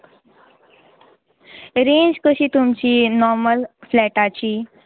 range कशी तुमची normal फ्लॅटाची